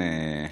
יודעות.